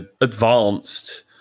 advanced